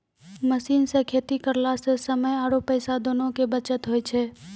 machine सॅ खेती करला स समय आरो पैसा दोनों के बचत होय छै